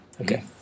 Okay